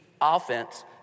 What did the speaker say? Offense